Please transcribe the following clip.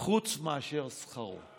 חוץ מאשר על שכרו.